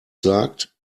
sagt